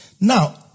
Now